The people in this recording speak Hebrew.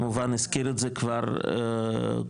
כמובן הזכיר את זה כבר היו"ר,